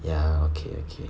ya okay okay